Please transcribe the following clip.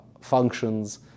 functions